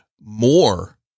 more